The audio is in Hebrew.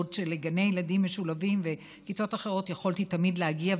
בעוד שלגני ילדים משולבים ולכיתות אחרות יכולתי תמיד להגיע,